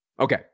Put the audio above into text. Okay